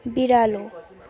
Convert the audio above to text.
बिरालो